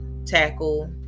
tackle